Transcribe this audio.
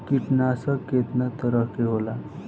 कीटनाशक केतना तरह के होला?